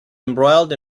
embroiled